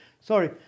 sorry